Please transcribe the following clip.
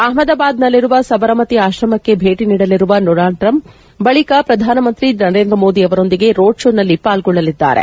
ಆಪಮದಾಬಾದ್ ನಲ್ಲಿರುವ ಸಬರಮತಿ ಆಶ್ರಮಕ್ಷೆ ಭೇಟಿ ನೀಡಲಿರುವ ಡೊನಾಲ್ಡ್ ಟ್ರಂಪ್ ಬಳಿಕ ಪ್ರಧಾನಮಂತ್ರಿ ನರೇಂದ್ರ ಮೋದಿ ಅವರೊಂದಿಗೆ ರೋಡ್ ಶೋನಲ್ಲಿ ಪಾಲ್ಗೊಳ್ಳಲಿದ್ದಾರೆ